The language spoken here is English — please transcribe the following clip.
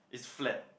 it's flat